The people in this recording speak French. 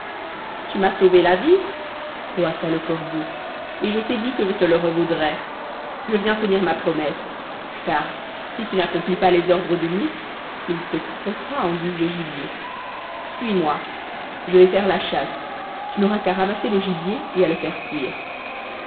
tu m'as sauvé la vie croassa le corbeau et je t'ai dit que je te la revaudrais je viens tenir ma promesse car si tu n'accomplis pas les ordres du loup il te croquera en guise de gibier suis-moi je vais faire la chasse tu n'auras qu'à ramasser le gibier et à le faire cuire